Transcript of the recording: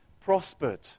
prospered